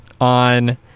on